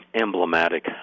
emblematic